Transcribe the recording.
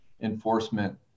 enforcement